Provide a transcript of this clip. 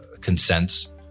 consents